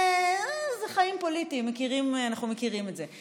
וזה החיים הפוליטיים, אנחנו מכירים את זה.